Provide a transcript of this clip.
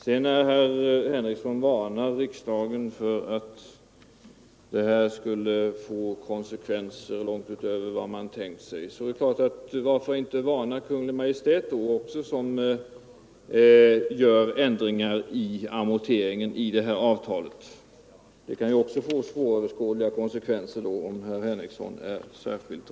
Herr Henrikson varnar riksdagen för att vad vi här begär skulle få konsekvenser långt utöver vad man tänkt sig. Varför då inte också — om herr Henrikson nu är så räddhågad av sig — varna Kungl. Maj:t, som ju företar ändringar av amorteringen i avtalet? Det kan i så fall också få oanade konsekvenser.